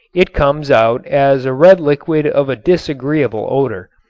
it comes out as a red liquid of a disagreeable odor.